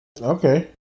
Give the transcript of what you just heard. Okay